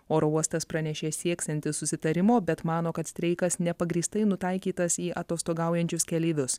oro uostas pranešė sieksiantis susitarimo bet mano kad streikas nepagrįstai nutaikytas į atostogaujančius keleivius